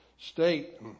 state